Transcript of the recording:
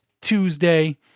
Tuesday